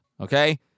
okay